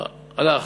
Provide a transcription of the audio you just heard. הלך.